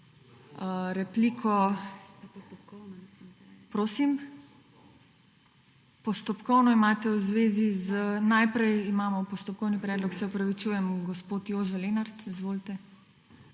dvorane/ Prosim? Postopkovno imate v zvezi z … Najprej imamo postopkovni predlog, se opravičujem. Gospod Jože Lenart, izvolite.